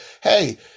Hey